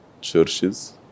churches